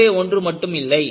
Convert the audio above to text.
ஒன்றே ஒன்று மட்டும் இல்லை